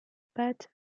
pâte